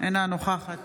אינה נוכחת